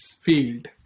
field